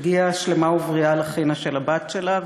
ושתגיע שלמה ובריאה לחינה של הבת שלה.